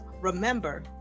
remember